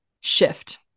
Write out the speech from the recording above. shift